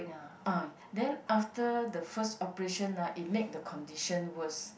ah then after the first operation ah it make the condition worse